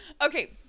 Okay